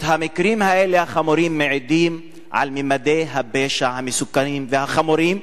המקרים החמורים האלה מעידים על ממדי הפשע המסוכנים והחמורים